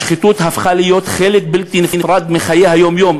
השחיתות הפכה להיות חלק בלתי נפרד מחיי היום-יום,